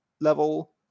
level